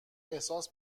احساس